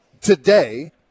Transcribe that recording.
today